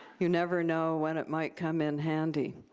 you never know when it might come in handy.